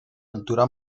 altura